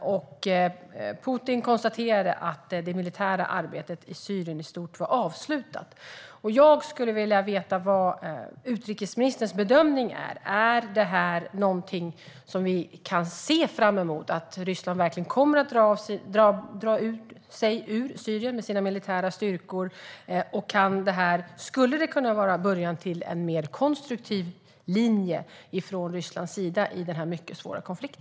Putin konstaterade att det militära arbetet i Syrien i stort var avslutat. Jag skulle vilja veta vad utrikesministerns bedömning är. Är detta någonting som vi kan se fram emot, alltså att Ryssland verkligen kommer att dra sig ur Syrien med sina militära styrkor, och skulle detta kunna vara början till en mer konstruktiv linje från Rysslands sida i denna mycket svåra konflikt?